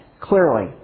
clearly